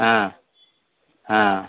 ஆ ஆ